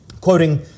Quoting